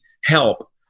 help